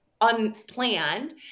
unplanned